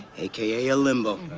aka a limbo.